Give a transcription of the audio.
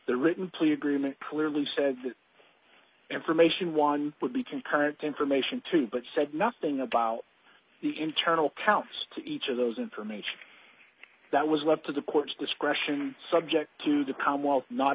the written plea agreement clearly says that information one would be concurrent to information two but said nothing about the internal counts to each of those information that was left to the court's discretion subject to the